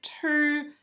two